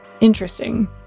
interesting